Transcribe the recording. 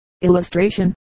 Illustration